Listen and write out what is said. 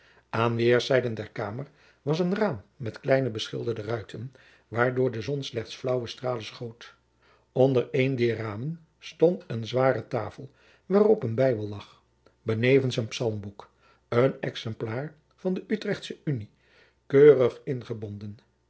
aan weêrszijden der kamer was jacob van lennep de pleegzoon een raam met kleine beschilderde ruiten waardoor de zon slechts flaauwe stralen schoot onder een dier ramen stond eene zware tafel waarop een bijbel lag benevens een psalmboek een exemplaar van de utrechtsche unie keurig ingebonden